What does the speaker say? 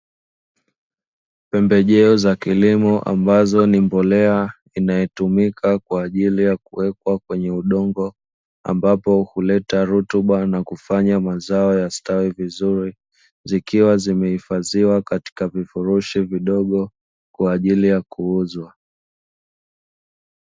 Pembejeo za kilimo ambazo ni mbolea inayotumika kwa ajili ya kuwekwa kwenye udongo, ambapo huleta rutuba na kufanya mazao ya stawi vizuri zikiwa zimehifadhiwa katika vifurushi vidogo kwa ajili ya kuuzwa.